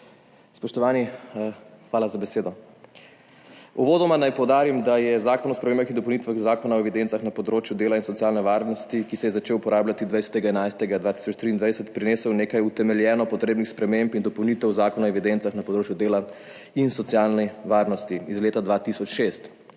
Spoštovani! Hvala za besedo. Uvodoma naj poudarim, da je Zakon o spremembah in dopolnitvah Zakona o evidencah na področju dela in socialne varnosti, ki se je začel uporabljati 20. 11. 2023 prinesel nekaj utemeljeno potrebnih sprememb in dopolnitev Zakona o evidencah na področju dela in socialne varnosti iz leta 2006.